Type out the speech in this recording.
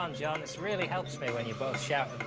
and ah this really helps me when you both show